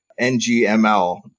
NGML